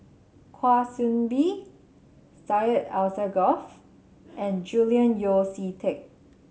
Kwa Soon Bee Syed Alsagoff and Julian Yeo See Teck